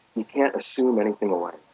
you can't assume anything alike